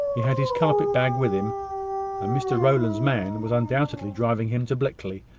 he had his carpet-bag with him and mr rowland's man was undoubtedly driving him to blickley,